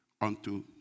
unto